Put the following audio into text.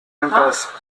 impasse